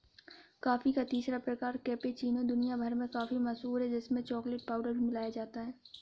coffee का तीसरा प्रकार कैपेचीनो दुनिया भर में काफी मशहूर है जिसमें चॉकलेट पाउडर भी मिलाया जाता है